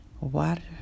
Water